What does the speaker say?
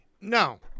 No